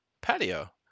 patio